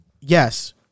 yes